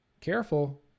Careful